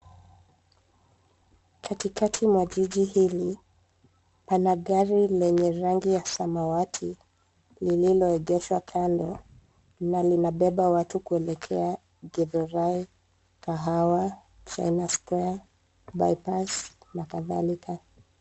Katikati mwa jiji hili pana gari lenye rangi ya samawati lililoegeshwa kando na linabeba watu kuelekea Githurai, Kahawa, China Square, Bypass na kadhalika.